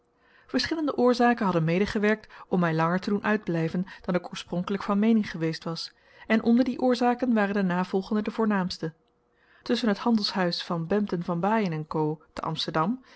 verschillende oorzaken hadden medegewerkt om mij langer te doen uitblijven dan ik oorspronkelijk van meening geweest was en onder die oorzaken waren de navolgende de voornaamsten tusschen het handelshuis van bempden van baaien en co te amsterdam